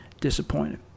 disappointed